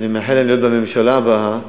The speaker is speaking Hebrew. שאני מאחל להם להיות בממשלה הבאה,